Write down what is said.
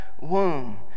womb